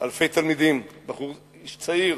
אלפי תלמידים, איש צעיר,